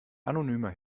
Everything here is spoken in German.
anonymer